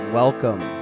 welcome